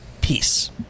peace